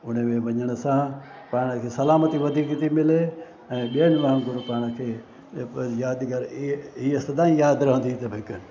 उन में वञण सां पाण खे सलामती वधीक थी मिले ऐं ॿिए वांगुरु पाण खे यादगारि इहा सदाई यादि रहंदी त भई कनि